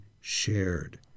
shared